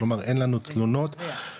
כלומר אין לנו תלונות ומדווח,